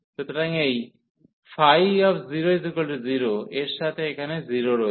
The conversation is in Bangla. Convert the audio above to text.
সুতরাং এই 00 এর সাথে এখানে o রয়েছে